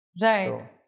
Right